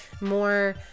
more